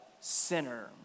sinner